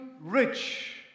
rich